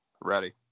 Ready